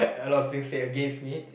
a lot of things still against me